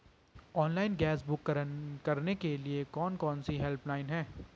Online gas book करने के लिए कौन कौनसी हेल्पलाइन हैं?